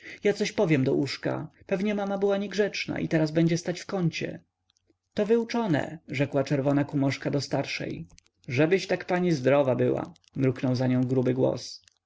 ja coś powiem do uszka pewnie mama była niegrzeczna i teraz będzie stać w kącie to wyuczone rzekła czerwona kumoszka do starszej żebyś pani tak zdrowa była mruknął za nią gruby głos